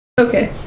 okay